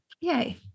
Yay